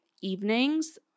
evenings